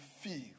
feel